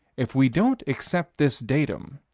if we don't accept this datum,